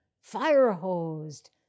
fire-hosed